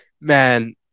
man